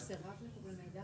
סירב לקבל מידע